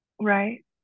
right